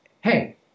hey